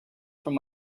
from